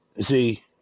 See